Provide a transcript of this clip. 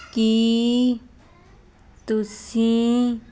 ਕੀ ਤੁਸੀਂ